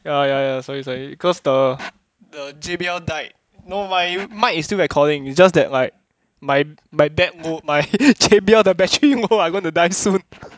ya ya ya sorry sorry cause the the J_B_L died no my mic is still recording it just that like my my batt my J_B_L the battery like gonna die soon